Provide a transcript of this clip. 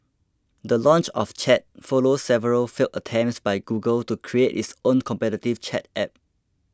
the launch of Chat follows several failed attempts by Google to create its own competitive chat app